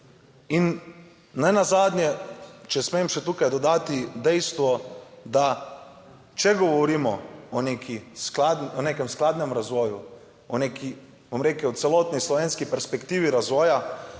in nenazadnje, če smem še tukaj dodati dejstvo, da če govorimo o neki, o nekem skladnem razvoju, o neki, bom rekel, v celotni slovenski perspektivi razvoja,